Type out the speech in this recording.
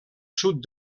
sud